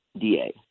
DA